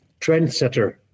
trendsetter